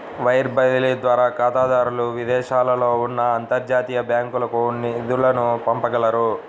wire బదిలీ ద్వారా ఖాతాదారులు విదేశాలలో ఉన్న అంతర్జాతీయ బ్యాంకులకు నిధులను పంపగలరు